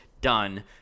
done